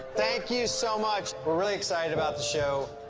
thank you so much. we're really excited about the show.